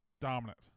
dominant